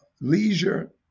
leisure